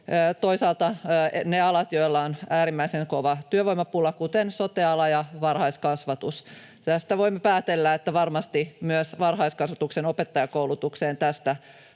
toisaalta ne alat, joilla on äärimmäisen kova työvoimapula, kuten sote-ala ja varhaiskasvatus. Tästä voimme päätellä, että varmasti myös varhaiskasvatuksen opettajakoulutukseen tästä